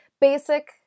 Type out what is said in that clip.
Basic